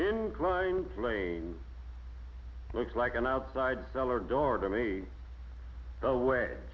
inclined plane looks like an outside cellar door to me